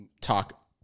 talk